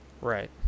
Right